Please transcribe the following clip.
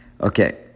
Okay